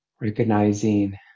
recognizing